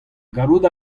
gallout